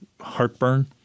heartburn